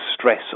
stress